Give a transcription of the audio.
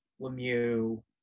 Lemieux